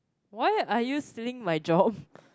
why are you stealing my job